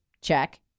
check